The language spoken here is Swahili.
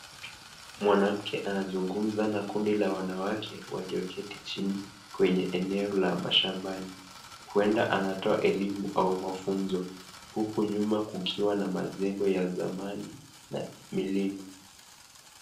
Mwanamke anazungumza na kundi la wanawake walio keti chini kwenye eneo la mashambani huenda anatoa elimu au mafunzo huku nyuma kukiwa na majengo ya zamani na milima.